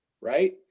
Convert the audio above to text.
right